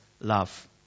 love